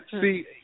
See